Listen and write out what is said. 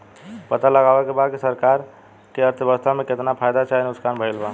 पता लगावे के बा की सरकार के अर्थव्यवस्था में केतना फायदा चाहे नुकसान भइल बा